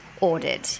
ordered